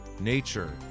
nature